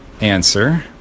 answer